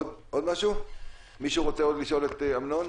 מישהו עוד רוצה לשאול את אמנון?